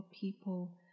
people